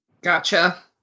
Gotcha